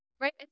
right